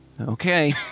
Okay